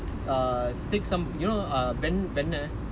metal spoon you know the [one] they serve as spoon used as spoon